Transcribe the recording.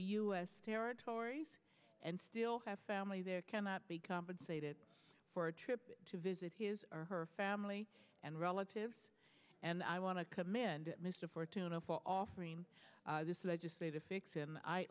s territories and still have family there cannot be compensated for a trip to visit his or her family and relatives and i want to commit mr fortuna for offering this legislative and i